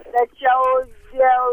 tačiau dėl